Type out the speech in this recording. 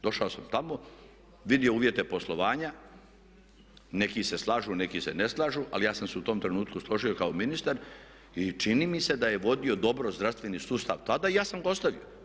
Došao sam tamo, vidio uvjete poslovanja, neki se slažu, neki se ne slažu ali ja sam se u tom trenutku složio i kao ministar i čini mi se da je vodio dobro zdravstveni sustav tada i ja sam ga ostavio.